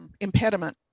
impediment